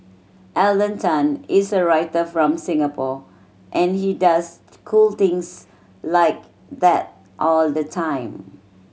Alden Tan is a writer from Singapore and he does cool things like that all the time